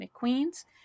McQueen's